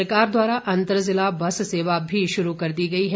सरकार द्वारा अंतर ज़िला बस सेवा भी शुरू कर दी गई है